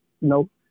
Nope